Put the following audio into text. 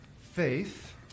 faith